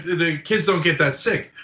the kids don't get that sick.